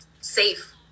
safe